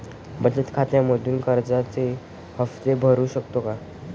बचत खात्यामधून कर्जाचे हफ्ते भरू शकतो का?